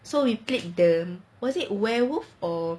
so we played the was it werewolf or